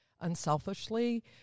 unselfishly